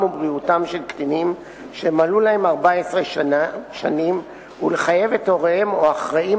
ובריאותם של קטינים שמלאו להם 14 שנים ולחייב את הוריהם או אחראים